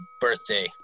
birthday